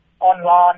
online